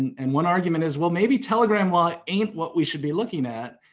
and one argument is, well, maybe telegram law ain't what we should be looking at.